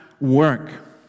work